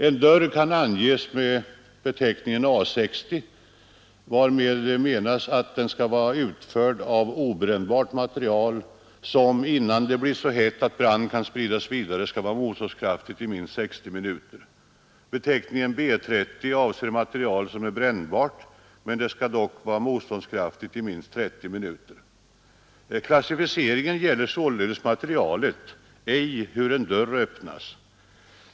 En dörr kan ges beteckningen A 60, varmed anges att den skall vara utförd av obrännbart material, som innan det blir så hett att brand kan spridas vidare, skall vara motståndskraftigt i minst 60 minuter. Beteckningen B 30 avser material som är brännbart, men det skall dock vara motståndskraftigt i minst 30 minuter. Klassificeringen gäller således materialet, ej hur t.ex. en dörr öppnas.